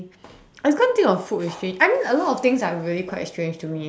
I can't think of food with strange I mean a lot of things are really quite strange to me